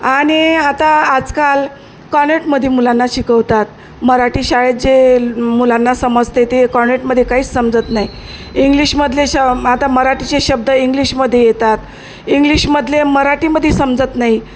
आणि आता आजकाल कॉनवेंटमधील मुलांना शिकवतात मराठी शाळेत जे मुलांना समजते ते कॉनवेंटमध्ये काहीच समजत नाही इंग्लिशमधले श आता मराठीचे शब्द इंग्लिशमध्ये येतात इंग्लिशमधले मराठीमध्ये समजत नाही